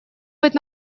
быть